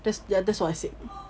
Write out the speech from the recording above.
ya that's what I said